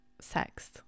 sex